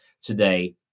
today